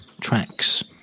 Tracks